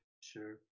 Sure